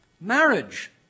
marriage